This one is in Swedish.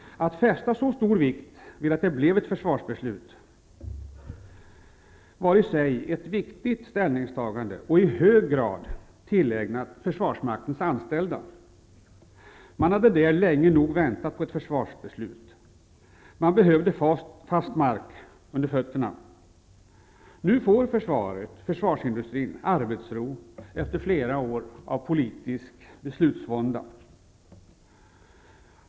Att fästa så stor vikt vid att det blev ett försvarsbeslut var i sig ett viktigt ställningstagande och i hög grad tillägnat försvarsmaktens anställda. De hade länge nog väntat på ett försvarsbeslut -- man behövde fast mark under fötterna. Nu får försvaret och försvarsindustrin arbetsro efter flera år av politisk beslutsvånda.